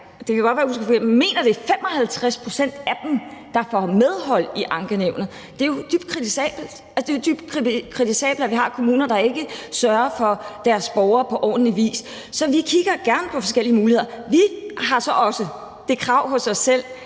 – at det er 55 pct. af dem, der får medhold i ankenævnet. Det er jo dybt kritisabelt; det er jo dybt kritisabelt, at vi har kommuner, der ikke sørger for deres borgere på ordentlig vis. Så vi kigger gerne på forskellige muligheder. Vi har så også det krav til os selv,